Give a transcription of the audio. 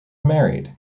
married